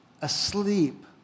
asleep